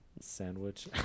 Sandwich